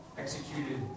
executed